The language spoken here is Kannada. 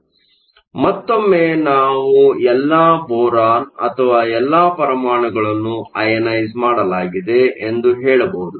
ಆದ್ದರಿಂದ ಮತ್ತೊಮ್ಮೆ ನಾವು ಎಲ್ಲಾ ಬೋರಾನ್ ಅಥವಾ ಎಲ್ಲಾ ಪರಮಾಣುಗಳನ್ನು ಐಅಯನೈಸ಼್ ಮಾಡಲಾಗಿದೆ ಎಂದು ಹೇಳಬಹುದು